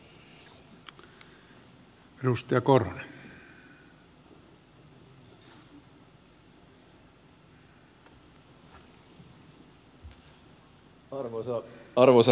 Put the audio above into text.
arvoisa herra puhemies